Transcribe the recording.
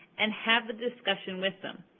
and have a discussion with him.